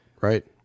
Right